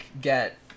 get